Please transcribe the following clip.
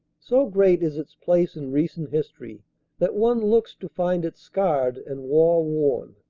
so great is its place in recent history that one looks to find it scarred and warworn.